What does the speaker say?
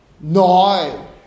no